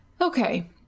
Okay